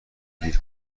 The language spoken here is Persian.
گیر